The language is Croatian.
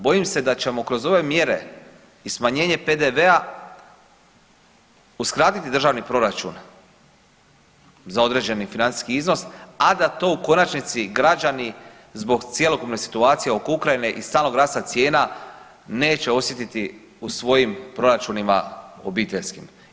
Bojim se da ćemo kroz ove mjere i smanjenje PDV-a uskratiti državni proračun za određeni financijski iznos, a da to u konačnici građani zbog cjelokupne situacije oko Ukrajine i stalnog rasta cijena neće osjetiti u svojim proračunima obiteljskim.